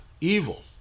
evil